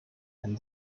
and